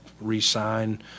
re-sign